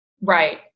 right